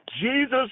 Jesus